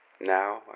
NOW